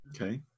Okay